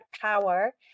power